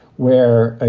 where, ah